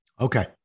Okay